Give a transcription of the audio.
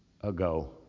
ago